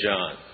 John